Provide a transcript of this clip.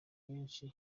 benshi